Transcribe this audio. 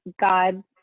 God